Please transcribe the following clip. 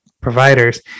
providers